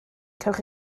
cewch